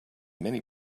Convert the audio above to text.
many